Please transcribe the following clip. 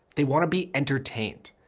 they want to be entertained.